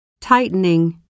tightening